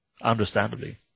understandably